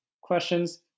questions